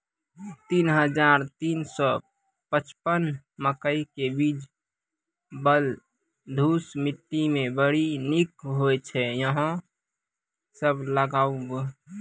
तीन हज़ार तीन सौ पचपन मकई के बीज बलधुस मिट्टी मे बड़ी निक होई छै अहाँ सब लगाबु?